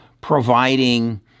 providing